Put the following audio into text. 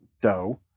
dough